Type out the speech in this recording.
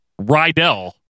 Rydell